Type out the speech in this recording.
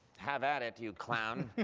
have at it, you clown.